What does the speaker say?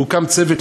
הוקם צוות,